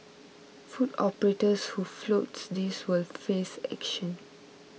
food operators who flouts this will face action